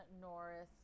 Norris